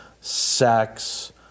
sex